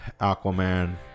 Aquaman